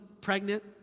pregnant